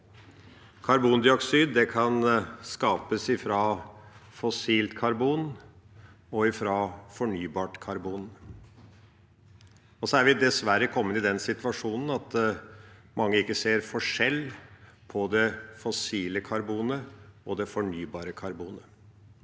Karbondioksid kan skapes fra fossilt karbon og fra fornybart karbon. Så er vi dessverre kommet i den situasjonen at mange ikke ser forskjell på det fossile karbonet og det fornybare karbonet.